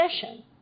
session